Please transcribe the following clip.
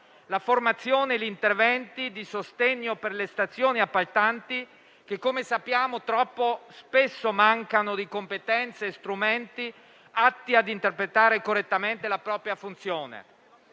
la formazione e gli interventi di sostegno per le stazioni appaltanti, che, come sappiamo, troppo spesso mancano di competenze e strumenti atti ad interpretare correttamente la propria funzione.